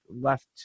left